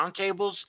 roundtables